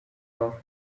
off